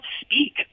speak